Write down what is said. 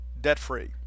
debt-free